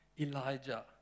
Elijah